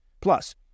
Plus